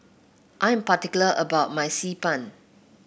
I'm particular about my Xi Ban